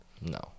No